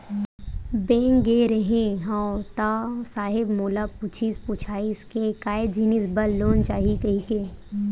Bank गे रेहे हंव ता साहेब मोला पूछिस पुछाइस के काय जिनिस बर लोन चाही कहिके?